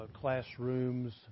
classrooms